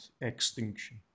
extinction